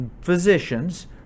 physicians